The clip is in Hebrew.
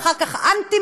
ואחר כך אנטי-מחיקון,